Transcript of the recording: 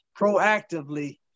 proactively